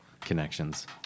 connections